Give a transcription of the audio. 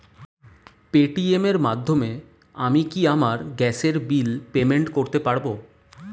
Paytm এর মাধ্যমে আমি কি আমার গ্যাসের বিল পেমেন্ট করতে পারব?